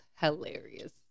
hilarious